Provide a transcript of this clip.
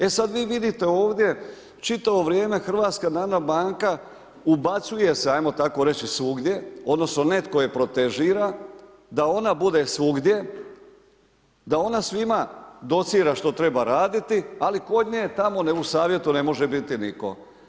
E sad vi vidite ovdje, čitavo vrijeme HNB ubacuje se, ajmo tako reći, svugdje odnosno netko je protežira da ona bude svugdje, da ona svima docira što treba raditi, ali kod nje tamo u Savjetu ne može biti nitko.